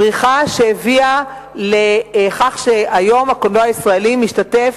פריחה שהביאה לכך שהיום הקולנוע הישראלי משתתף